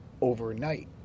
overnight